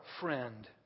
friend